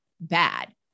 bad